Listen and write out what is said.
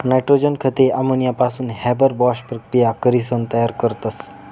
nitrogen खते अमोनियापासून Haber Bosch प्रकिया करीसन तयार करतस